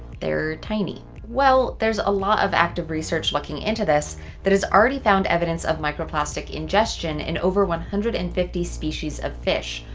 they're tiny. well, there's a lot of active research looking into this that has already found evidence of microplastic ingestion in over one hundred and fifty species of fish,